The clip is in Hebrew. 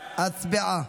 הצבעה.